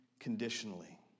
conditionally